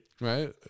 right